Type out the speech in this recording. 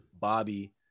Bobby